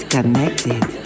Connected